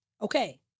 Okay